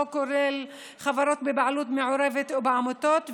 לא כולל חברות בבעלות מעורבת ועמותות,